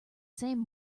same